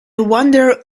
wonder